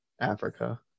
Africa